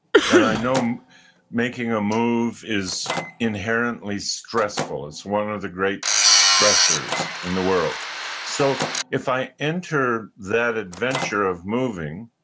and i know making a move is inherently stressful. it's one of the great stressors in the world so if i enter that adventure of moving,